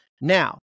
Now